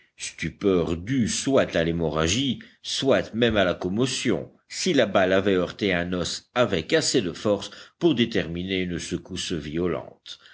l'accablait stupeur due soit à l'hémorragie soit même à la commotion si la balle avait heurté un os avec assez de force pour déterminer une secousse violente